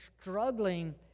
struggling